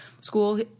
school